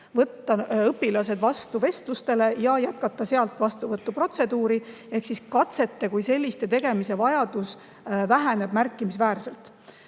võtta õpilased vestlustele ja jätkata sealt vastuvõtuprotseduuri. Ehk siis katsete kui selliste tegemise vajadus väheneb märkimisväärselt.